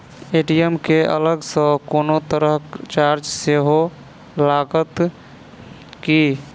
ATM केँ अलग सँ कोनो तरहक चार्ज सेहो लागत की?